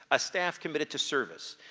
a staff committed to service.